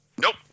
Nope